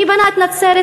מי בנה את נצרת-עילית,